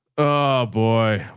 oh boy.